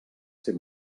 ser